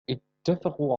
إتفقوا